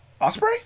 Osprey